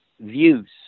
views